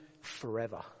forever